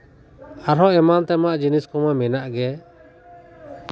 ᱟᱨ ᱦᱚᱸ ᱮᱢᱟᱱ ᱛᱮᱢᱟᱱ ᱡᱤᱱᱤᱥ ᱠᱚᱢᱟ ᱢᱮᱱᱟᱜ ᱜᱮ